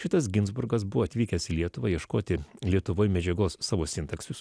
šitas ginzburgas buvo atvykęs į lietuvą ieškoti lietuvoj medžiagos savo sintaksisui